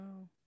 wow